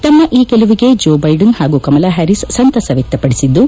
ತಮ್ಮ ಈ ಗೆಲುವಿಗೆ ಜೋ ಬೈಡನ್ ಹಾಗೂ ಕಮಲಾ ಹ್ಯಾರೀಸ್ ಸಂತಸ ವ್ಯಕ್ಷಪಡಿಸಿದ್ದು